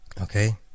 okay